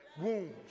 wounds